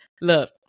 look